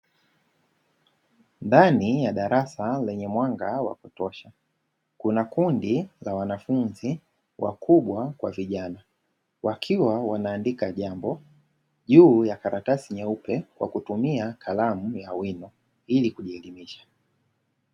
Ndani ya darasa lenye mwanga wa kutosha kuna kundi la wanafunzi wakubwa kwa vijana. Wakiwa wanaandika jambo juu ya karatasi nyeupe kwa karamu ya wino ili kujiridhisha.